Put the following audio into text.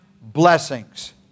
blessings